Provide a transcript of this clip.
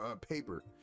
paper